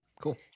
Cool